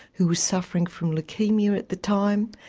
who was suffering from leukaemia at the time,